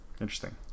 Interesting